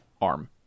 ARM